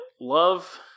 love